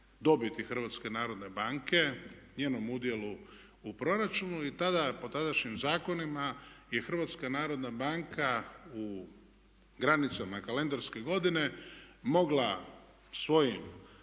dobiti HNB-a, njenom udjelu u proračunu i po tadašnjim zakonima je HNB u granicama kalendarske godine mogla svojim